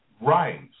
Right